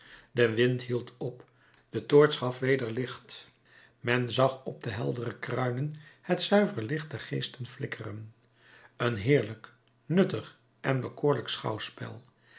de wind hield op de toorts gaf weder licht men zag op de heldere kruinen het zuiver licht der geesten flikkeren een heerlijk nuttig en bekoorlijk schouwspel